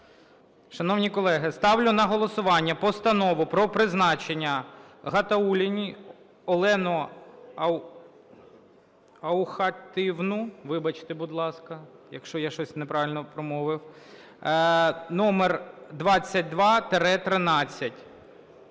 Шановні колеги, ставлю на голосування Постанову про призначення Гатаулліної Олени Аухатівни… Вибачте, будь ласка, якщо щось не правильно промовив. Номер 2213.